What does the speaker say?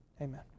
Amen